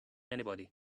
anybody